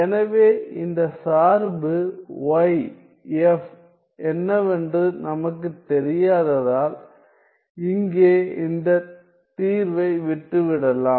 எனவே இந்த சார்பு y f என்னவென்று நமக்குத் தெரியாததால் இங்கே இந்தத் தீர்வை விட்டுவிடலாம்